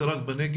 זה רק בנגב,